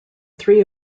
three